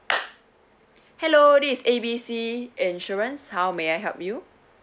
hello this is A B C insurance how may I help you